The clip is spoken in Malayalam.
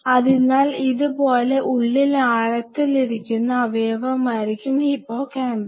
അതിനാൽ ഇതുപോലെ ഉള്ളിൽ ആഴത്തിൽ ഇരിക്കുന്ന അവയവമായിരിക്കും ഹിപ്പോകാമ്പസ്സ്